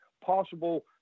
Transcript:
possible